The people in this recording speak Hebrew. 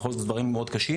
בכל זאת זה דברים מאוד קשים.